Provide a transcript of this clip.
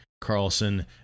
Carlson